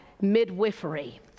midwifery